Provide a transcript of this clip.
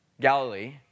Galilee